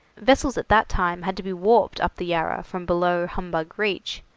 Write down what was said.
vessels at that time had to be warped up the yarra from below humbug reach,